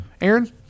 Aaron